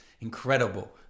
incredible